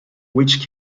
which